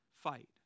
Fight